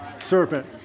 serpent